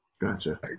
Gotcha